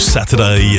Saturday